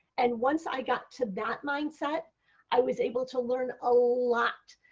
and once i got to that mindset i was able to learn a lot.